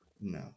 no